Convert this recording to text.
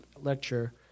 lecture